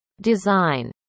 design